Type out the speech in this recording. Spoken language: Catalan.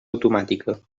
automàtica